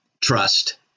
trust